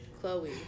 chloe